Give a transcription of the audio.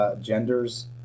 genders